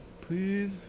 please